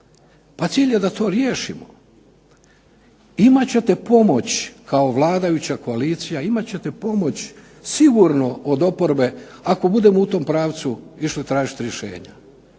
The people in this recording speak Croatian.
Pa cilj je da to riješimo. Imat ćete pomoć kao vladajuća koalicija, imat ćete pomoć sigurno od oporbe ako budemo u tom pravcu išli tražiti rješenja.